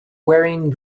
wearing